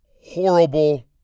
horrible